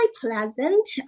pleasant